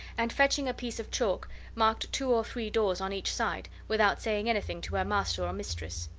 and fetching a piece of chalk marked two or three doors on each side, without saying anything to her master or mistress.